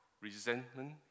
resentment